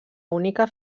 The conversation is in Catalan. única